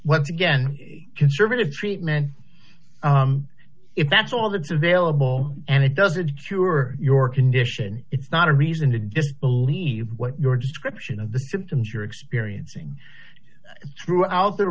once again conservative treatment if that's all that's available and it doesn't cure your condition it's not a reason to disbelieve what your description of the symptoms you're experiencing throughout the